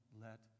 let